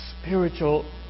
spiritual